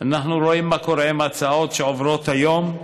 אנחנו רואים מה קורה עם הצעות שעוברות היום,